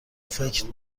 فکر